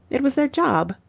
it was their job.